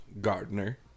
Gardner